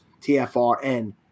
TFRN